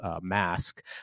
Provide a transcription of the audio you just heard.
mask